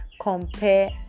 compare